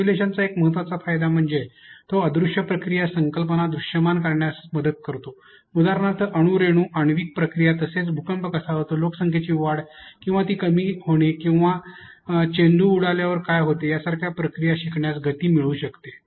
सिम्युलेशनचा एक महत्त्वाचा फायदा म्हणजे तो अदृश्य प्रक्रिया संकल्पना दृश्यमान करण्यास मदत करतो उदाहरणार्थ अणू रेणू आण्विक प्रतिक्रिया तसेच भूकंप कसा होतो लोकसंख्येची वाढ किंवा ती कमी होणे किंवा चेंडू उडल्यावर काय होते यासारख्या प्रक्रिया शिकण्यास गती मिळू शकते